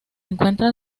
encuentra